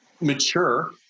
mature